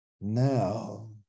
Now